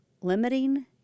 limiting